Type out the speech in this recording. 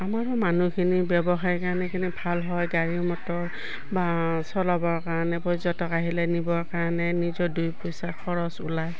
আমাৰো মানুহখিনি ব্যৱসায় কাৰণে ভাল হয় গাড়ী মটৰ বা চলাবৰ কাৰণে পৰ্যটক আহিলে নিবৰ কাৰণে নিজৰ দুই পইচা খৰচ ওলায়